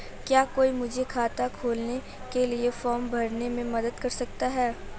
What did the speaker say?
क्या कोई मुझे खाता खोलने के लिए फॉर्म भरने में मदद कर सकता है?